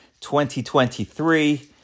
2023